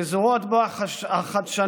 שזורות בו החדשנות,